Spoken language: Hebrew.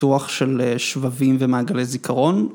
‫פיתוח של שבבים ומעגלי זיכרון.